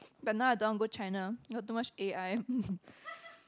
but now I don't want go China too much A_I